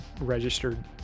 registered